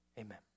Amen